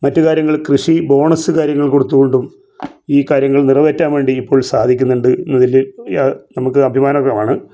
മറ്റ് കാര്യങ്ങൾ കൃഷി ബോണസ്സ് കാര്യങ്ങൾ കൊടുത്തോണ്ടും ഈ കാര്യങ്ങൾ നിറവേറ്റാൻ വേണ്ടി ഇപ്പോൾ സാധിക്കുന്നുണ്ട് എന്നതില് വലിയ നമുക്ക് അഭിമാനകമാണ്